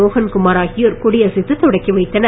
மோகன்குமார் ஆகியோர் கொடியசைத்து தொடக்கி வைத்தனர்